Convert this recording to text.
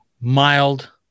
mild